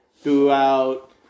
throughout